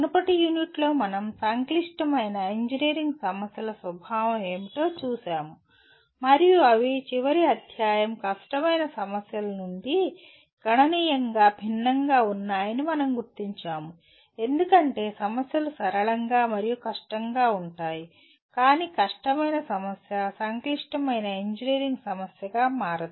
మునుపటి యూనిట్లో మనం సంక్లిష్టమైన ఇంజనీరింగ్ సమస్యల స్వభావం ఏమిటో చూశాము మరియు అవి చివరి అధ్యాయం కష్టమైన సమస్యల నుండి గణనీయంగా భిన్నంగా ఉన్నాయని మనం గుర్తించాము ఎందుకంటే సమస్యలు సరళంగా మరియు కష్టంగా ఉంటాయి కాని కష్టమైన సమస్య సంక్లిష్టమైన ఇంజనీరింగ్ సమస్యగా మారదు